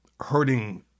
hurting